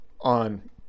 on